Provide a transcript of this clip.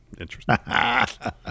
Interesting